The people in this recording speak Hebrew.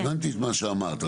הבנתי את מה שאמרת.